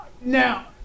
now